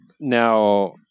Now